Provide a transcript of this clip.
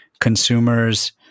consumers